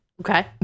Okay